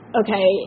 okay